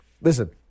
listen